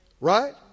Right